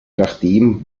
nachdem